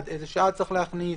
עד איזו שעה צריך להכניס,